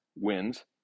wins